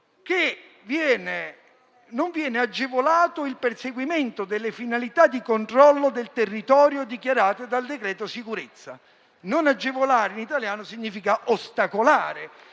non viene agevolato «il perseguimento delle finalità di controllo del territorio dichiarate dal decreto sicurezza». Non agevolare in italiano significa ostacolare